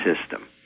system